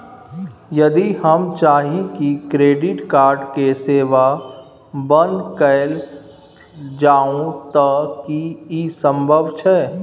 यदि हम चाही की क्रेडिट कार्ड के सेवा बंद कैल जाऊ त की इ संभव छै?